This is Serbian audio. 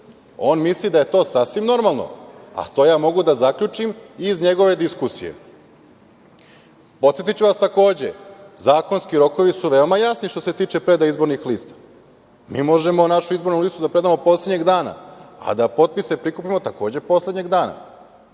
On misli da je to sasvim normalno, a to ja mogu da zaključim iz njegove diskusije. Podsetiću vas, takođe, zakonski rokovi su veoma jasni što se tiče predaje izbornih lista. Mi možemo našu izbornu listu da predamo poslednjeg dana, a da potpise, takođe, prikupimo poslednjeg dana. Nije